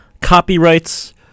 copyrights